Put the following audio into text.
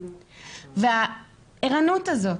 והערנות הזאת,